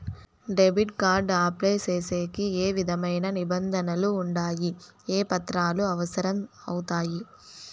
Debit card apply సేసేకి ఏ విధమైన నిబంధనలు ఉండాయి? ఏ పత్రాలు అవసరం అవుతాయి?